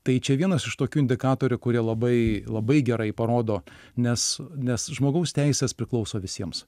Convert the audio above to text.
tai čia vienas iš tokių indikatorių kurie labai labai gerai parodo nes nes žmogaus teisės priklauso visiems